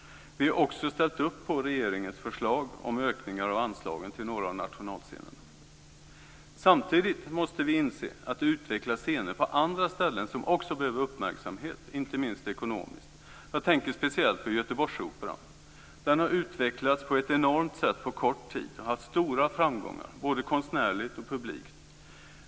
Vi har också ställt upp på regeringens förslag om ökningar av anslagen till några av nationalscenerna. Samtidigt måste vi inse att det utvecklas scener på andra ställen som också behöver uppmärksamhet - inte minst ekonomiskt. Jag tänker speciellt på Göteborgsoperan. Den har utvecklats på ett enormt sätt på kort tid och har haft stora framgångar, både konstnärligt och publikt.